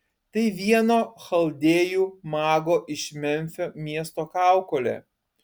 tai vieno chaldėjų mago iš memfio miesto kaukolė